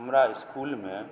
हमरा इसकुलमे